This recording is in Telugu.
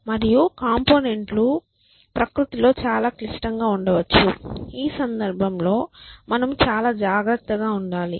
మరియు కంపోనెంట్ లు ప్రకృతిలో చాలా క్లిష్టంగా ఉండవచ్చు ఈ సందర్భంలో మనము చాలా జాగ్రత్తగా ఉండాలి